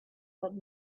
that